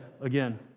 again